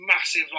massive